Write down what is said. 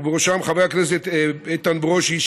ובראשם חבר הכנסת איתן ברושי,